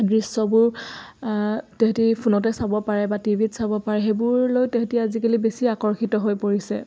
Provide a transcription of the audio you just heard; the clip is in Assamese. দৃশ্যবোৰ তাহাঁতে ফোনতে চাব পাৰে বা টিভিত চাব পাৰে সেইবোৰলৈ তাহাঁতে আজিকালি বেছি আকৰ্ষিত হৈ পৰিছে